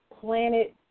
planet